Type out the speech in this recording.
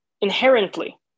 inherently